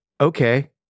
okay